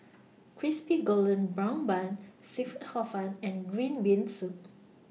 Crispy Golden Brown Bun Seafood Hor Fun and Green Bean Soup